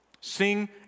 Sing